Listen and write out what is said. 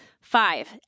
Five